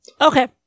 Okay